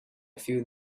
feel